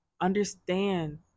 understand